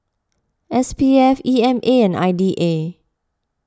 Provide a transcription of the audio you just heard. S P F E M A and I D A